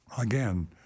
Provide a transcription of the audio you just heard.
again